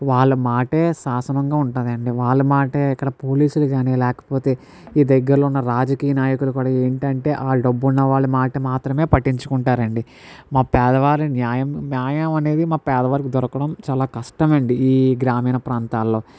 వాళ్ళ మాటే శాసనంగా ఉంటుందండి వాళ్ళ మాటే ఇక్కడ పోలీసులు కానీ లేకపోతే ఈ దగ్గరలో ఉన్న రాజకీయ నాయకుడు కూడా ఏంటంటే వాళ్ళు డబ్బు ఉన్నవాళ్ళు మాట మాత్రమే పట్టించుకుంటారండి మా పేదవారి న్యాయం న్యాయం అనేది మా పేదవారికి దొరకడం చాలా కష్టమండి ఈ గ్రామీణ ప్రాంతాల్లో